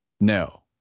No